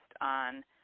on